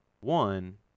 One